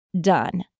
done